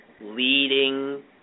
leading